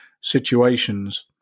situations